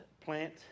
plant